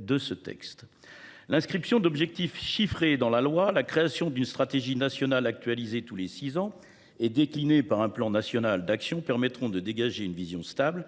de ce texte. L’inscription d’objectifs chiffrés dans la loi, ainsi que la création d’une stratégie nationale actualisée tous les six ans et déclinée par un plan national d’actions, permettront de dégager une vision stable,